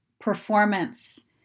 performance